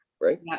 Right